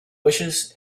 wishes